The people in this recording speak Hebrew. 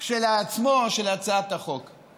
של הצעת החוק כשלעצמו.